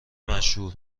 مشهور